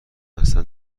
اصلا